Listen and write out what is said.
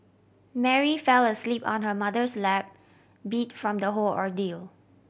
Mary fell asleep on her mother's lap beat from the whole ordeal